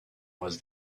was